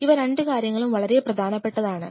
ഇവ രണ്ട് കാര്യങ്ങളും വളരെ പ്രധാനപ്പെട്ടതാണ്